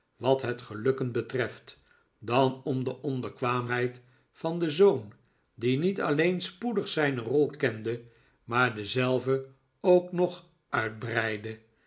wat het gelukken betreft dan om de onbekwaamheid van den zoon die niet alleen spoedig zijne rol kende maar dezelve ook nog uitbreidde